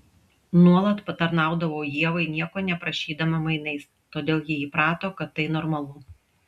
nuolat patarnaudavau ievai nieko neprašydama mainais todėl ji įprato kad tai normalu